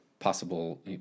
possible